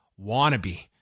wannabe